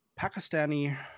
Pakistani